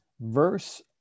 verse